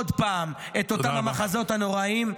עוד פעם את אותם המחזות הנוראיים.